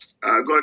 God